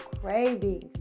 cravings